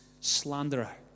slanderer